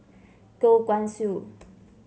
Goh Guan Siew